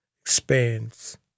expands